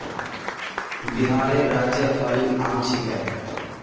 बिहारेर राज्य फल आम छिके